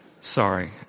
Sorry